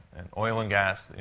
and oil and gas, you